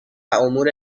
امور